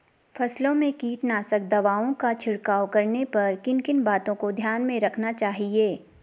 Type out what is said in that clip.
फसलों में कीटनाशक दवाओं का छिड़काव करने पर किन किन बातों को ध्यान में रखना चाहिए?